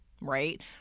right